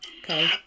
Okay